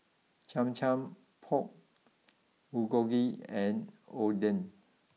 Cham Cham Pork Bulgogi and Oden